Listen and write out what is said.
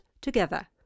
together